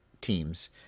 teams